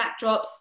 backdrops